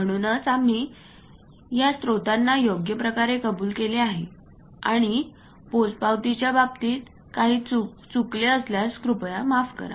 म्हणूनच आम्ही या स्त्रोतांना योग्यप्रकारे कबूल केले आहे आणि पोचपावतीच्या बाबतीत काही चुकले असल्यास कृपया माफ करा